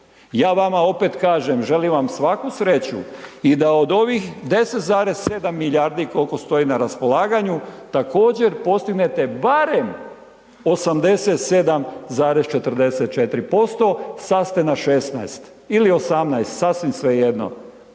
Ja vam opet kažem, želim vam svaku sreću i da od ovih 10,7 milijardi koliko stoji na raspolaganju, također postignete barem 87,44%, sad ste na 16 ili 18, sasvim svejedno.